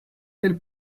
tel